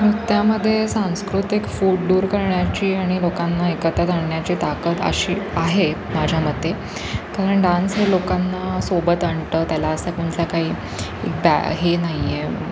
नृत्यामध्ये सांस्कृतिक फूट दूर करण्याची आणि लोकांना एकत्र आणण्याची ताकद अशी आहे माझ्या मते कारण डान्स हे लोकांना सोबत अणतं त्याला असा कोणता काही बॅ हे नाही आहे